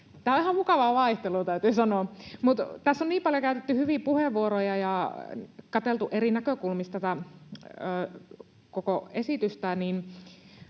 Tämä on ihan mukavaa vaihtelua, täytyy sanoa, kun tässä on käytetty niin paljon hyviä puheenvuoroja ja katseltu eri näkökulmista tätä koko esitystä,